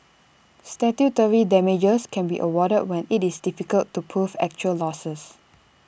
statutory damages can be awarded when IT is difficult to prove actual losses